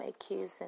accusing